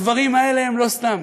הדברים האלה הם לא סתם.